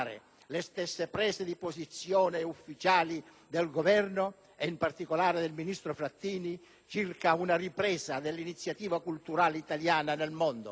le stesse prese di posizione ufficiali del Governo e, in particolare, del ministro Frattini circa una ripresa dell'iniziativa culturale italiana nel mondo.